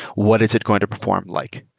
what is it going to perform like?